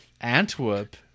Antwerp